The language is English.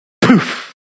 poof